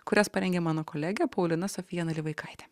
kurias parengė mano kolegė paulina sofija nalivaikaitė